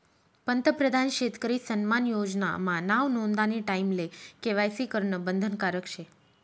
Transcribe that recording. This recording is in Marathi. पंतप्रधान शेतकरी सन्मान योजना मा नाव नोंदानी टाईमले के.वाय.सी करनं बंधनकारक शे